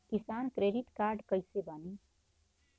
किसान credit card कइसे बानी?